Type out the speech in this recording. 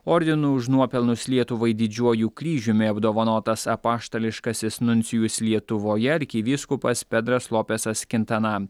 ordinu už nuopelnus lietuvai didžiuoju kryžiumi apdovanotas apaštališkasis nuncijus lietuvoje arkivyskupas pedras lopesas kintana